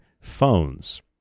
phones